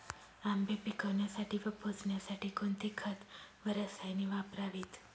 आंबे पिकवण्यासाठी व पोसण्यासाठी कोणते खत व रसायने वापरावीत?